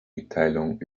mitteilung